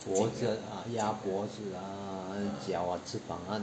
脖子鸭脖子啊脚啊翅膀啊